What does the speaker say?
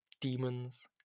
Demons